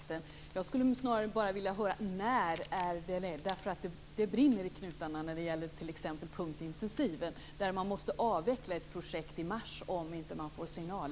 Fru talman! Tack för svaret. Det gläder mig mycket. Jag ser fram emot den kontakten. När blir det av? Det brinner i knutarna när det gäller Punktintensiven. Om inte Punktintensiven får några signaler måste ett projekt avvecklas i mars månad.